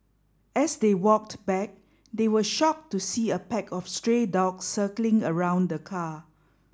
as they walked back they were shocked to see a pack of stray dogs circling around the car